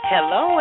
Hello